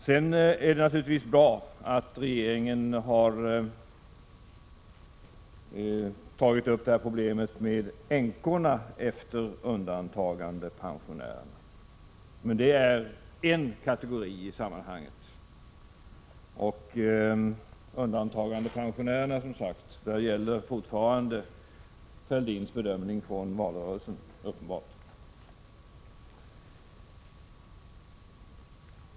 Det är naturligtvis bra att regeringen har tagit upp problemet med änkorna efter undantagandepensionärer. Men det är bara en kategori pensionärer i sammanhanget. Beträffande undantagandepensionärer gäller som sagt fortfarande Fälldins bedömning från valrörelsen.